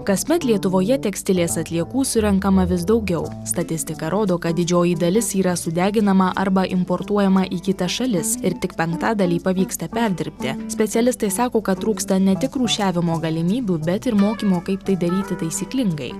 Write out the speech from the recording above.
kasmet lietuvoje tekstilės atliekų surenkama vis daugiau statistika rodo kad didžioji dalis yra sudeginama arba importuojama į kitas šalis ir tik penktadalį pavyksta perdirbti specialistai sako kad trūksta ne tik rūšiavimo galimybių bet ir mokymo kaip tai daryti taisyklingai